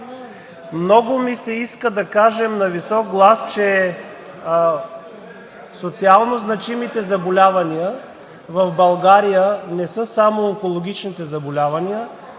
много ми се иска да кажем на висок глас, че социално значимите заболявания в България не са само онкологичните заболявания,